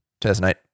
2008